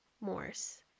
Morse